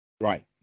Right